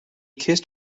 kissed